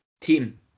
Team